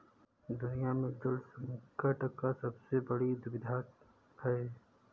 दुनिया में जल संकट का सबसे बड़ी दुविधा है